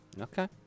Okay